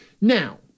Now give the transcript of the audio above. Now